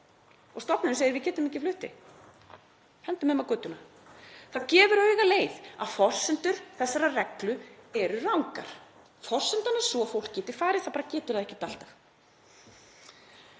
Stofnunin segir: Við getum ekki flutt þig. Hendum þeim á götuna. Það gefur augaleið að forsendur þessarar reglu eru rangar. Forsendan er sú að fólk geti farið, en það bara getur það ekki alltaf.